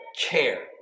care